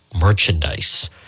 merchandise